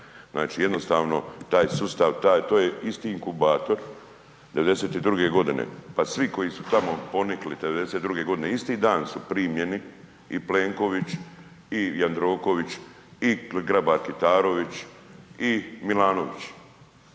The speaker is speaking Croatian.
Znači jednostavno taj sustav, taj, to je isti inkubator, '92. godine pa svi koji su tamo ponikli '92. godine isti dan su primljeni i Plenković i Jandroković i Grabar-Kitarović i Milanović.